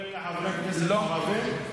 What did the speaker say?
כולל לחברי כנסת ערבים?